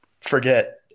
forget